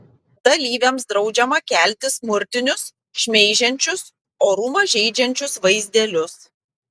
dalyviams draudžiama kelti smurtinius šmeižiančius orumą žeidžiančius vaizdelius